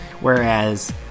whereas